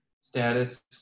status